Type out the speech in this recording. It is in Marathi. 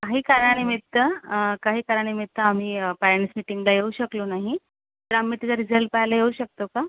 काही कारणानिमित्त काही कारणानिमित्त आम्ही पेरेंट्स मिटींगला येऊ शकलो नाही तर आम्ही त्याचा रिजल्ट पाहायला येऊ शकतो का